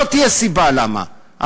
לא תהיה סיבה למה לא.